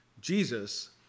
Jesus